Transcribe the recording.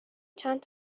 چند